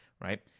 right